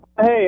Hey